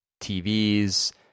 tvs